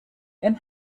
and